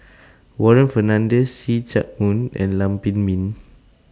Warren Fernandez See Chak Mun and Lam Pin Min